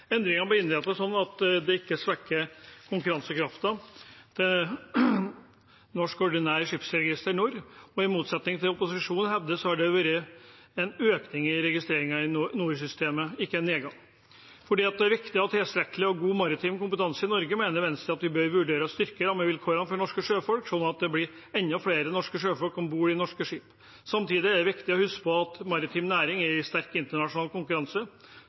ble innrettet sånn at det ikke svekker konkurransekraften til Norsk ordinært skipsregister, NOR, og i motsetning til det opposisjonen hevder, har det vært en økning i registreringen i NOR-systemet, ikke en nedgang. Fordi det er viktig å ha tilstrekkelig og god maritim kompetanse i Norge, mener Venstre at vi bør vurdere å styrke rammevilkårene for norske sjøfolk sånn at det blir enda flere norske sjøfolk om bord i norske skip. Samtidig er det viktig å huske på at maritim næring er i sterk internasjonal konkurranse.